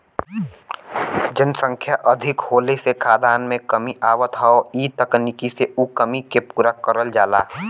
जनसंख्या अधिक होले से खाद्यान में कमी आवत हौ इ तकनीकी से उ कमी के पूरा करल जाला